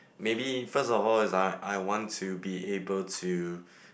maybe first of all is I I want to be able to